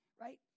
right